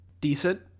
decent